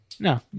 No